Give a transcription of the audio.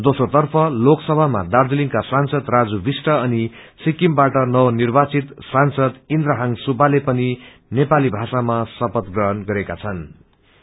द्रोसो तर्फ लोकसभामा दार्जीलिङका सांसद राजू विष्ट अनि सिक्रिमबाट नव निव्रचित सांसद इन्द्र हांग सुब्बाले पनि नेपाली भाषामा शपथ ग्रहण गरेका छनू